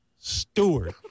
Stewart